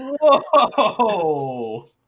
Whoa